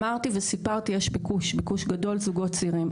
אמרתי וסיפרתי יש ביקוש גדול זוגות צעירים.